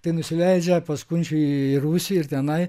tai nusileidžia pas kunčių į rūsį ir tenai